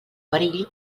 perill